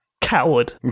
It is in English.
Coward